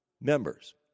members